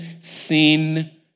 sin